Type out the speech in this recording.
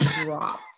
dropped